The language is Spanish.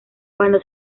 cuando